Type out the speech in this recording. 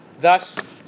Thus